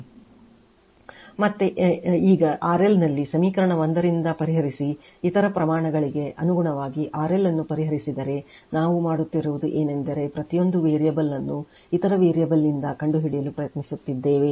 ಈಗ ಮತ್ತೆ RL ನಲ್ಲಿ ಸಮೀಕರಣ 1 ದಿಂದ ಪರಿಹರಿಸಿದರೆ ಇತರ ಪ್ರಮಾಣಗಳಿಗೆ ಅನುಗುಣವಾಗಿ RL ಅನ್ನು ಪರಿಹರಿಸಿದರೆ ನಾವು ಮಾಡುತ್ತಿರುವುದು ಏನೆಂದರೆ ಪ್ರತಿಯೊಂದು ವೇರಿಯೇಬಲ್ ನ್ನು ಇತರ ವೇರಿಯೇಬಲ್ ಇಂದ ಕಂಡುಹಿಡಿಯಲು ಪ್ರಯತ್ನಿಸುತ್ತಿದ್ದೇವೆ